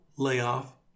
layoff